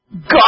God